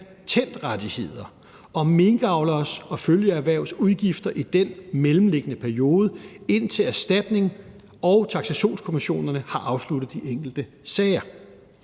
patentrettigheder og minkavleres og følgeerhvervs udgifter i den mellemliggende periode, indtil erstatnings- og taksationskommissionerne har afsluttet de enkelte sager.